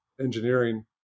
engineering